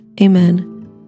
Amen